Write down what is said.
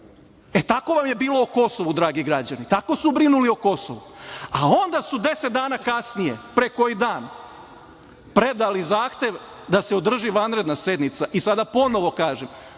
Tako vam je bilo o Kosovu, dragi građani, tako su brinuli o Kosovu. Onda su 10 dana kasnije, pre koji dan predali zahtev da se održi vanredna sednica i sada ponovo kažem